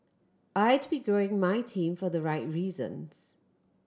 I'd be growing my team for the right reasons